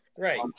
Right